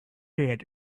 hand